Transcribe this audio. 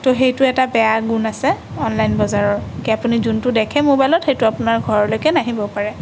তো সেইটো এটা বেয়া গুণ আছে অনলাইন বজাৰৰ কি আপুনি যোনটো দেখে মোবাইলত সেইটো আপোনাৰ ঘৰলৈকে নাহিব পাৰে